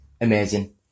amazing